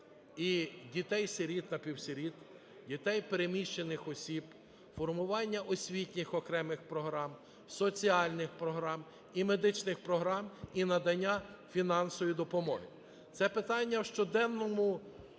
і дітей-сиріт, напівсиріт, дітей переміщених осіб, формування освітніх окремих програм, соціальних програм і медичних програм і надання фінансової допомоги. Це питання у щоденному